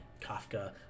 Kafka